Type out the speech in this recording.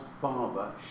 Barber